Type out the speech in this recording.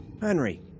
Henry